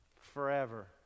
Forever